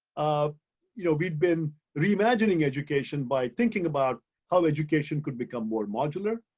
ah you know, we'd been reimagining education by thinking about how education could become more modular,